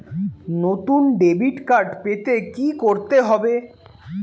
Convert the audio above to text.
নতুন debit card পেতে কী করতে হবে?